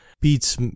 beats